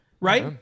Right